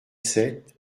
sept